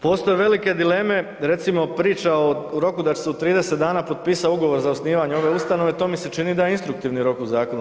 Postoje velike dileme recimo priča o roku da će se u 30 dana potpisati ugovor za osnivanje ove ustanove to mi se čini da je instruktivni rok u zakonu.